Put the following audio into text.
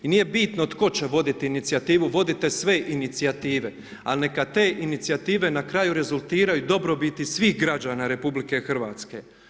I nije bitno tko će voditi inicijativu, vodite sve inicijative, ali neka te inicijative na kraju rezultiraju dobrobiti svih građana RH.